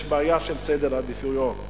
יש בעיה של סדרי עדיפויות.